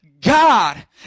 God